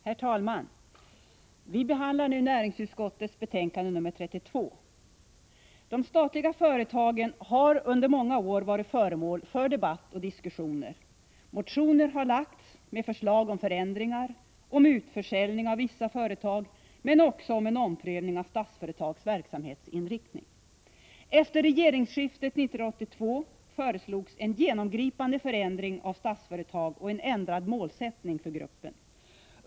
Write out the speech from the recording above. Herr talman! Vi behandlar nu näringsutskottets betänkande nr 32. De statliga företagen har under många år varit föremål för debatt och diskussioner. Motioner har väckts med förslag om förändringar och om utförsäljning av vissa företag, men också om en omprövning av Statsföretags verksamhetsinriktning. Efter regeringsskiftet 1982 föreslogs en genomgripande förändring av Statsföretag och en ändrad målsättning för gruppen.